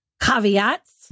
caveats